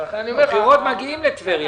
בבחירות מגיעים לטבריה.